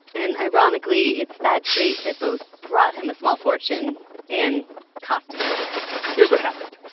and ironically, it's that trait that both brought him a small fortune and cost him it here's what happened.